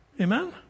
Amen